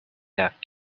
depth